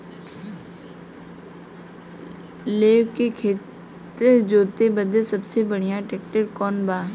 लेव के खेत जोते बदे सबसे बढ़ियां ट्रैक्टर कवन बा?